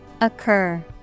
Occur